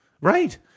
Right